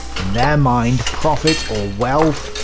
in their mind, profit, or wealth,